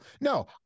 No